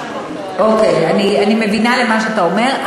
אוקיי, אני מבינה מה שאתה אומר.